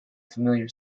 familiar